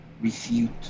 refute